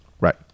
Right